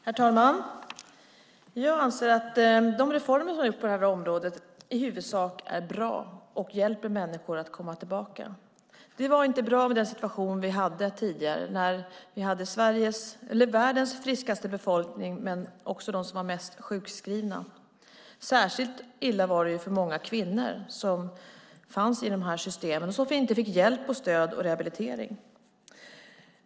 Herr talman! Jag anser att de reformer vi har gjort på det här området i huvudsak är bra och hjälper människor att komma tillbaka. Det var inte bra med den situation vi hade tidigare, när vi hade världens friskaste befolkning som också var mest sjukskriven. Särskilt illa var det för många kvinnor som fanns i systemen men som varken fick hjälp, stöd eller rehabilitering.